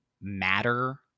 matter